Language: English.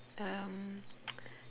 um